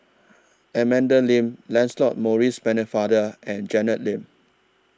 Amanda Lancelot Maurice Pennefather and Janet Lim